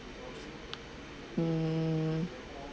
mm